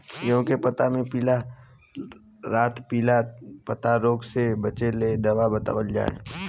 गेहूँ के पता मे पिला रातपिला पतारोग से बचें के दवा बतावल जाव?